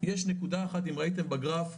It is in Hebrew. יש נקודה אחת כתומה אם ראיתם בגרף,